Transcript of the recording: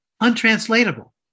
untranslatable